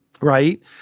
right